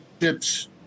ships